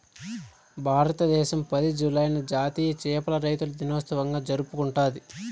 భారతదేశం పది, జూలైని జాతీయ చేపల రైతుల దినోత్సవంగా జరుపుకుంటాది